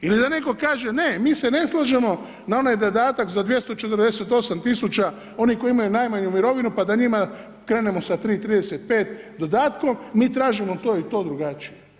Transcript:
Ili da netko kaže ne, mi se ne slažemo na onaj dodatak za 248 000 onih koji imaju najmanju mirovinu pa da njima krenemo sa 3,35 dodatkom, mi tražimo to i to drugačije.